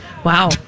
Wow